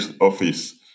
office